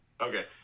Okay